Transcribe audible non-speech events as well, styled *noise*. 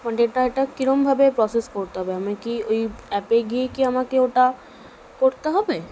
*unintelligible* এটা কীরকমভাবে প্রসেস করতে হবে আমি কি ওই অ্যাপে গিয়ে কি আমাকে ওটা করতে হবে